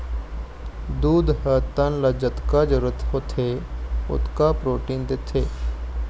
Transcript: दूद ह तन ल जतका जरूरत होथे ओतका प्रोटीन देथे